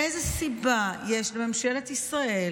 איזה סיבה יש לממשלת ישראל